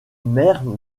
maire